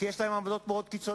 כי יש להם עמדות מאוד קיצוניות,